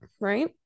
right